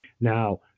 Now